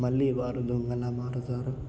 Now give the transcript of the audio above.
మళ్ళీ వారు దొంగలాగా మారతారు